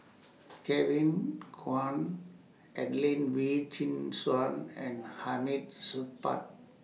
Kevin Kwan Adelene Wee Chin Suan and Hamid Supaat